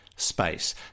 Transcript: space